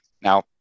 Now